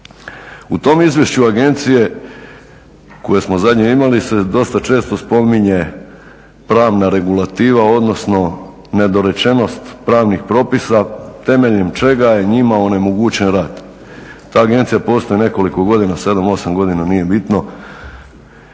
U tom izvješću agencije koje smo zadnje imali se dosta često spominje pravna regulativa, odnosno nedorečenost pravnih propisa temeljem čega je njima onemogućen rad. Ta agencija postoji nekoliko godina, 7, 8 godina, nije bitno.